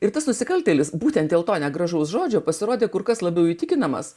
ir tas nusikaltėlis būtent dėl to negražaus žodžio pasirodė kur kas labiau įtikinamas